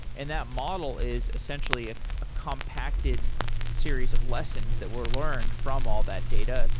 and that model is essentially a ah compacted series of lessons that were learned from all that data,